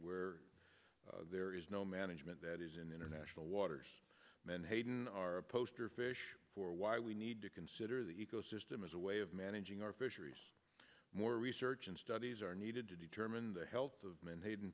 where there is no management that is in international waters menhaden are a poster fish for why we need to consider the ecosystem as a way of managing our fisheries more research and studies are needed to determine the health of menhaden